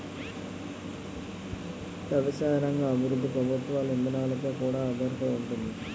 ఎవసాయ రంగ అభివృద్ధి ప్రభుత్వ ఇదానాలపై కూడా ఆధారపడి ఉంతాది